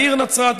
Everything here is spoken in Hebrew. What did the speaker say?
בעיר נצרת,